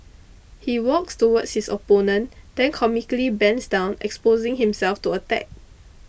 he walks towards his opponent then comically bends down exposing himself to attack